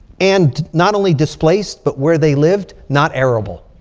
and not only displaced. but where they lived not arable.